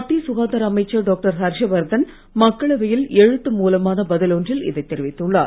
மத்திய சுகாதார அமைச்சர் டாக்டர் ஹர்ஷவர்தன் மக்களவையில் எழுத்து மூலமான பதில் ஒன்றில் இதை தெரிவித்துள்ளார்